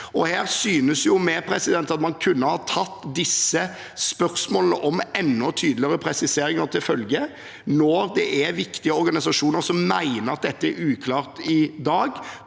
Her synes vi at man kunne ha tatt disse spørsmålene om enda tydeligere presiseringer til følge. Når det er viktige organisasjoner som mener at dette er uklart i dag,